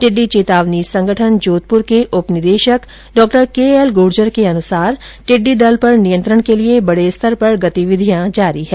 टिड्डी चेतावनी संगठन जोधप्र के उप निदेशक डॉ के एल गुर्जर के अनुसार टिड्डी दल पर नियंत्रण के लिए बड़े स्तर पर गतिविधियां जारी है